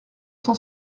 cent